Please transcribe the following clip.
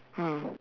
mm